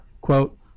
Quote